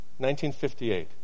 1958